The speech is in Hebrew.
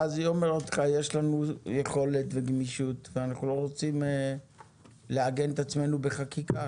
רזי אני אומר לך יכולת וגמישות ואנחנו לא רוצים לעגן את עצמינו בחקיקה,